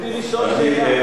רציתי לשאול שאלה.